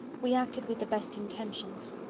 we acted with the best intentions.